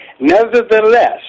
nevertheless